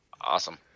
Awesome